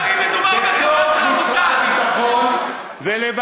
אחד מהדברים הגדולים של ההסתייגות בתקציב הזה לתקציב הזה,